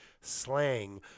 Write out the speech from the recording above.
slang